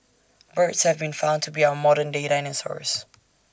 birds have been found to be our modern day dinosaurs